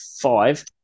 five